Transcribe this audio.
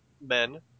men